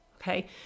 Okay